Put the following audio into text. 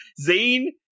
Zane